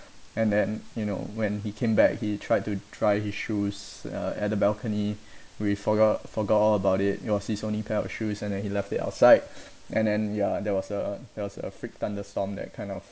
and then you know when he came back he tried to dry his shoes uh at the balcony we forgot forgot all about it it was his only pair of shoes and then he left it outside and then ya there was a there was a freak thunderstorm that kind of